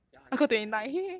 ya I got twenty three